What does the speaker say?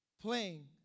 playing